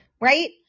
right